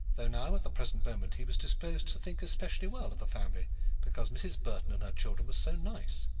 though now, at the present moment, he was disposed to think specially well of the family because mrs. burton and her children were so nice.